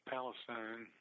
Palestine